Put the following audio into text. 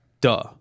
duh